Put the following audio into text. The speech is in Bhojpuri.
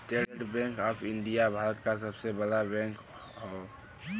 estate Bank of India Bharat क सबसे बड़ा बैंक हौ